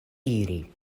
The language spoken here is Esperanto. iri